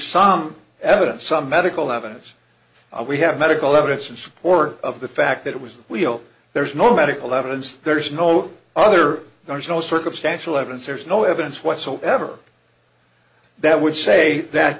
some evidence some medical evidence we have medical evidence in support of the fact that it was we'll there's no medical evidence there's no other there's no circumstantial evidence there's no evidence whatsoever that would say that